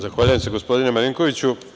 Zahvaljujem se, gospodine Marinkoviću.